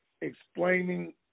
explaining